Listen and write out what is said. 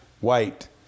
white